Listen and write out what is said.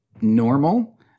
normal